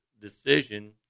decision